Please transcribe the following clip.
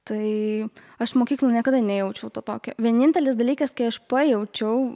tai aš mokykloj niekada nejaučiau to tokio vienintelis dalykas kai aš pajaučiau